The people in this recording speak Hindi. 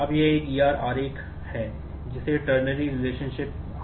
अब यह एक E R आरेख R कहा जाता है